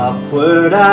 Upward